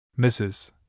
Mrs